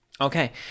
Okay